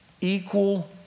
equal